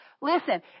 Listen